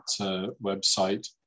website